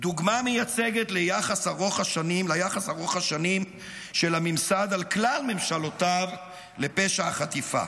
דוגמה מייצגת ליחס ארוך השנים של הממסד על כלל ממשלותיו לפשע החטיפה.